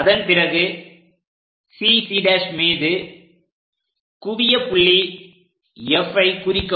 அதன்பிறகு CC' மீது குவியப் புள்ளி Fஐ குறிக்கவும்